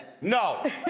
No